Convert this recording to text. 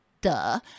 Duh